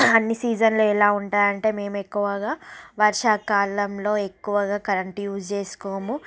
అన్ని సీసన్లు ఎలా ఉంటాయంటే మేము ఎక్కువగా వర్షాకాలంలో ఎక్కువగా కరెంట్ యూజ్ చేసుకోము